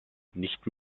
nicht